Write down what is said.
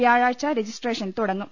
വ്യാഴാഴ്ച്ച രജിസ്ട്രേഷൻ തുടങ്ങും